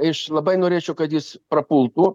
iš labai norėčiau kad jis prapultų